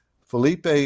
Felipe